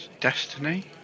destiny